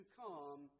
come